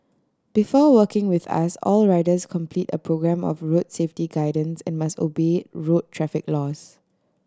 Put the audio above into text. before working with us all riders complete a programme of road safety guidance and must obey road traffic laws